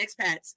expats